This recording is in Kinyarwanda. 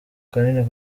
kanini